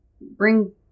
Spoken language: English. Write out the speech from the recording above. bring